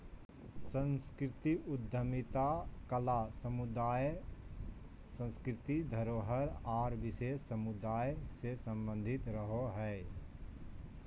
सांस्कृतिक उद्यमिता कला समुदाय, सांस्कृतिक धरोहर आर विशेष समुदाय से सम्बंधित रहो हय